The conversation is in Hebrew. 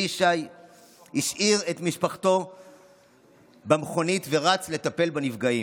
ישי השאיר את משפחתו במכונית ורץ לטפל בנפגעים.